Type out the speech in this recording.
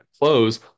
close